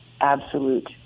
absolute